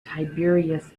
tiberius